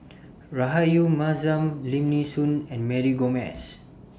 Rahayu Mahzam Lim Nee Soon and Mary Gomes